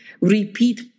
repeat